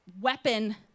weapon